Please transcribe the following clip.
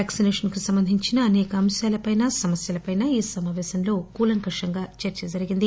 vaccination కు సంబంధించిన అసేక అంశాల పైన సమస్యలపైనా ఈ సమాపేశంలో చర్చ జరిగింది